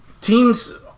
teams